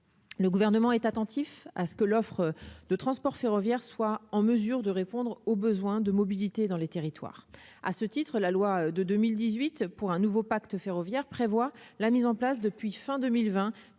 le gouvernement est attentif à ce que l'offre de transport ferroviaire, soit en mesure de répondre aux besoins de mobilité dans les territoires, à ce titre, la loi de 2018 pour un nouveau pacte ferroviaire prévoit la mise en place depuis fin 2020,